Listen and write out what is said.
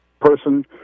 person